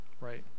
right